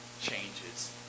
changes